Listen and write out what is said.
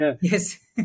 Yes